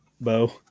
bow